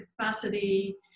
capacity